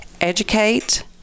educate